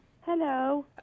Hello